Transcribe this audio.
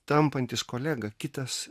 tampantis kolega kitas